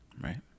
right